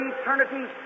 eternity